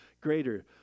greater